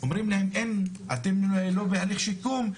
אומרים להם אין, אתם לא בהליך שיקום.